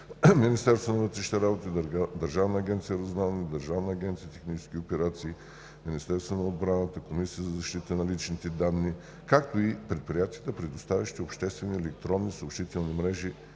Министерството на вътрешните работи, Държавната агенция „Разузнаване“, Държавната агенция „Технически операции“, Министерството на отбраната, Комисията за защита на личните данни, както и предприятията, предоставящи обществени електронни съобщителни мрежи